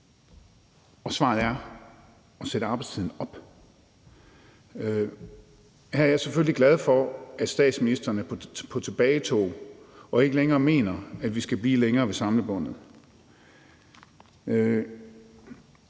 Og svaret er at sætte arbejdstiden op. Her er jeg selvfølgelig glad for, at statsministeren er på tilbagetog og ikke længere mener, at vi skal blive længere ved samlebåndet.